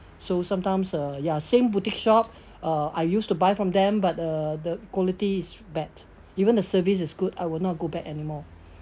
so sometimes uh ya same boutique shop uh I used to buy from them but uh the quality is bad even the service is good I will not go back anymore